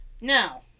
Now